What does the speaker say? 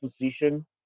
position